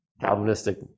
Calvinistic